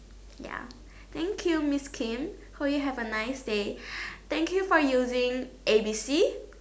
yep thank you Miss Kim hope you have a nice day thank you for using A B C